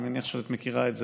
אני מניח שאת מכירה את זה,